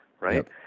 right